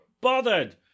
bothered